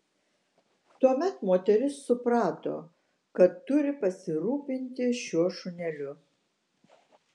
tuomet moteris suprato kad turi pasirūpinti šiuo šuneliu